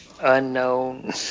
Unknown